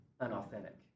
unauthentic